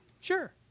Sure